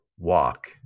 walk